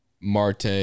Marte